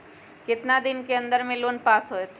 कितना दिन के अन्दर में लोन पास होत?